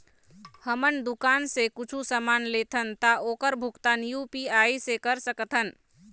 हमन दुकान से कुछू समान लेथन ता ओकर भुगतान यू.पी.आई से कर सकथन?